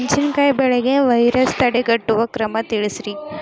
ಮೆಣಸಿನಕಾಯಿ ಬೆಳೆಗೆ ವೈರಸ್ ತಡೆಗಟ್ಟುವ ಕ್ರಮ ತಿಳಸ್ರಿ